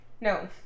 No